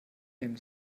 nehmen